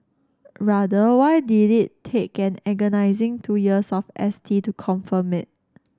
rather why did it take an agonising two years of S T to confirm it